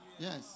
yes